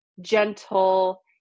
gentle